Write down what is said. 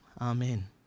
Amen